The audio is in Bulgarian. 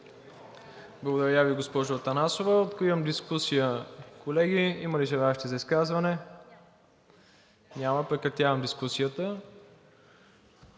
Благодаря Ви, госпожо Атанасова. Откривам дискусия. Колеги, има ли желаещи за изказване? Няма. Прекратявам дискусията.